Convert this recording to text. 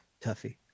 Tuffy